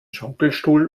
schaukelstuhl